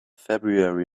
february